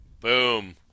Boom